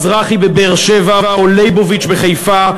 משפחת מזרחי בבאר-שבע או ליבוביץ בחיפה,